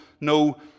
no